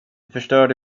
förstörde